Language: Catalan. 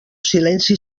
silenci